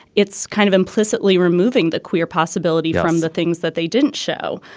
it's kind of implicitly removing the queer possibility from the things that they didn't show.